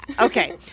Okay